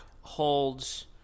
holds